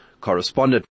correspondent